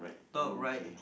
top right